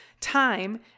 time